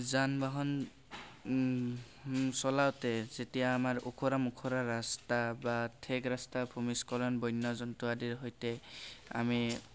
যান বাহন চলাওঁতে যেতিয়া আমাৰ ওখোৰা মোখোৰা ৰাস্তা বা ঠেক ৰাস্তা ভূমিস্খলন বন্য জন্তু আদিৰ সৈতে আমি